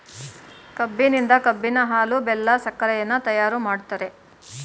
ಕಬ್ಬಿನಿಂದ ಕಬ್ಬಿನ ಹಾಲು, ಬೆಲ್ಲ, ಸಕ್ಕರೆಯನ್ನ ತಯಾರು ಮಾಡ್ತರೆ